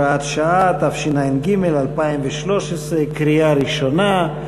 (הוראת שעה), התשע"ג 2013, בקריאה ראשונה.